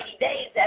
days